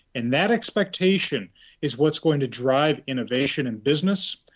and that expectation is what's going to drive innovation in business,